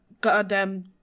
goddamn